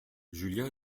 julien